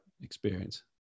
experience